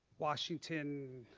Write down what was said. washington.